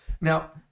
Now